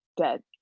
dead